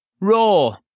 RAW